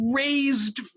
raised